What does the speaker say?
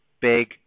big